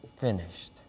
finished